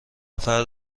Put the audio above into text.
فرد